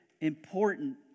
important